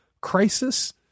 crisis